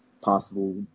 possible –